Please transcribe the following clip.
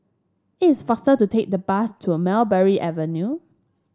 it is faster to take the bus to Mulberry Avenue